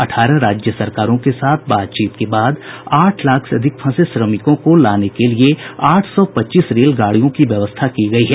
अठारह राज्य सरकारों के साथ बातचीत के बाद आठ लाख से अधिक फंसे श्रमिकों को लाने के लिए आठ सौ पच्चीस रेलगाडियों की व्यवस्था की गई है